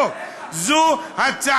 על מה אתם באים לצחוק?